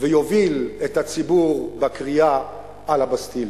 ויוביל את הציבור בקריאה על הבסטיליה?